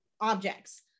objects